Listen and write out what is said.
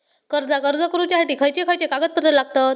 कर्जाक अर्ज करुच्यासाठी खयचे खयचे कागदपत्र लागतत